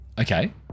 Okay